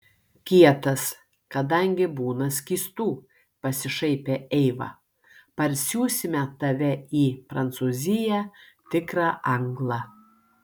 kietas kadangi būna skystų pasišaipė eiva parsiųsime tave į prancūziją tikrą anglą